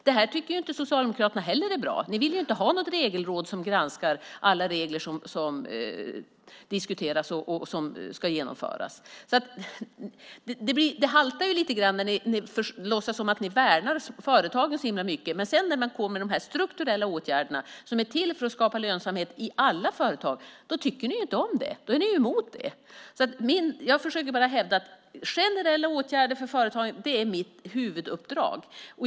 Det här tycker Socialdemokraterna inte heller är bra. Ni vill inte ha något regelråd som granskar alla regler som diskuteras och ska genomföras. Det haltar lite grann när ni låtsas som att ni värnar företagen så mycket men sedan inte tycker om det när man kommer med de strukturella åtgärderna, som är till för att skapa lönsamhet i alla företag, utan är emot det. Jag försöker bara hävda att generella åtgärder för företagen är mitt huvuduppdrag.